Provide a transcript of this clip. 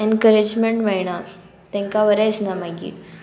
encouragement मेळना तांकां बरें दिसना मागीर